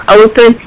open